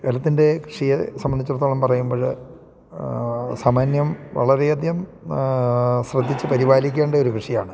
ഏലത്തിൻ്റെ കൃഷിയെ സംബന്ധിച്ചിടത്തോളം പറയുമ്പോൾ സാമാന്യം വളരെ അധികം ശ്രദ്ധിച്ച് പരിപാലിക്കേണ്ട ഒരു കൃഷിയാണ്